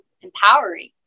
empowering